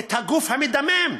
את הגוף המדמם,